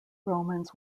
romans